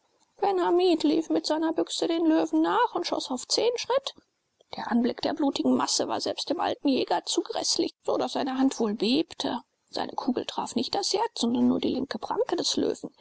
hamid lief mit seiner büchse dem löwen nach und schoß auf zehn schritt der anblick der blutigen masse war selbst dem alten jäger zu gräßlich so daß seine hand wohl bebte seine kugel traf nicht das herz sondern nur die linke pranke des löwen